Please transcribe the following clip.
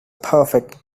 perfect